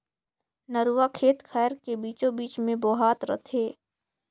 नरूवा खेत खायर के बीचों बीच मे बोहात रथे